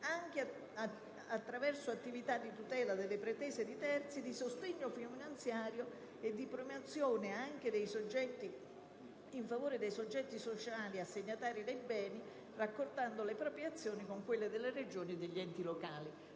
sociale, attraverso attività di tutela dalle pretese dei terzi, di sostegno finanziario e di promozione anche in favore dei soggetti sociali assegnatari del bene, raccordando le proprie azioni con quelle delle Regioni e degli enti locali.